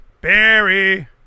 Barry